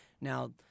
Now